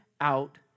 out